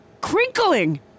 crinkling